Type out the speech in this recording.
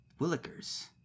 willikers